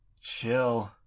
chill